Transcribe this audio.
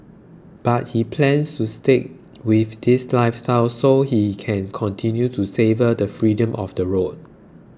but he plans to stick with this lifestyle so he can continue to savour the freedom of the road